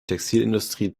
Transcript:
textilindustrie